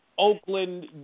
Oakland